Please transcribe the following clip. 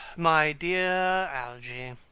my dear algy,